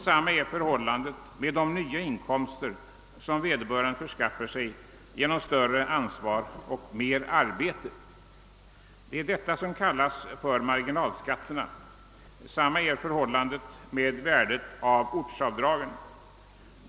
Samma är förhållandet med de nya inkomster som vederbörande skaffar sig genom att åtaga sig större ansvar och merarbete. Det är detta som kallas marginalskatter. Detsamma är förhållandet med värdet av ortsavdragen.